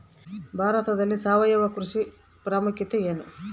ಭಾರತದಲ್ಲಿ ಸಾವಯವ ಕೃಷಿಯ ಪ್ರಾಮುಖ್ಯತೆ ಎನು?